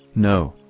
no,